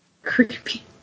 creepy